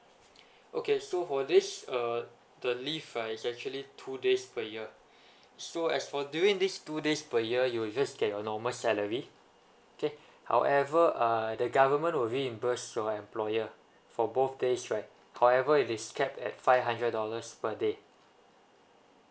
okay so for this uh the leave right is actually two days per year so as for during these two days per year you will just get your normal salary okay however uh the government will reimburse your employer for both days right however it is capped at five hundred dollars per day